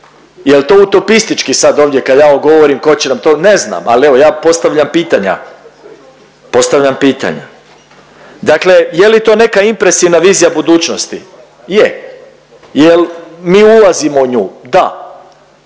Jel to utopistički sad ovdje kad ja govorim tko će nam to, ne znam. Ali evo ja postavljam pitanja, postavljam pitanja. Dakle, je li to neka impresivna vizija budućnosti? Je. Jel mi ulazimo u nju? Da.